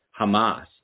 Hamas